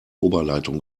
oberleitung